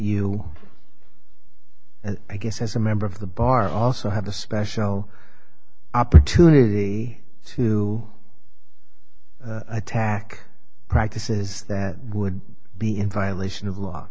you i guess as a member of the bar also had a special opportunity to attack practices that would be in violation of law